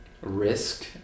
risk